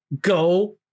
go